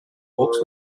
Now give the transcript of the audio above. walks